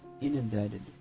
inundated